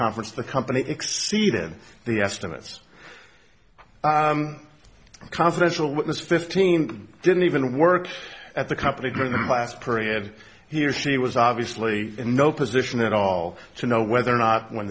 conference the company exceeded the estimates confidential witness fifteen didn't even work at the company going the last period he or she was obviously in no position at all to know whether or not when